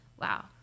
wow